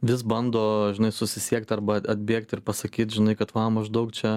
vis bando žinai susisiekt arba atbėgt ir pasakyt žinai kad va maždaug čia